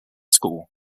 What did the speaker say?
school